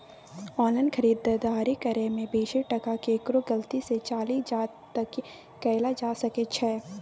Online खरीददारी करै में बेसी टका केकरो गलती से चलि जा त की कैल जा सकै छै?